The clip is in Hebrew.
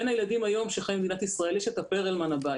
בין הילדים היום שחיים במדינת ישראל יש את הפרלמן הבא,